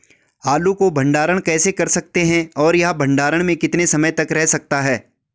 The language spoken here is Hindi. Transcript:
आलू को भंडारण कैसे कर सकते हैं और यह भंडारण में कितने समय तक रह सकता है?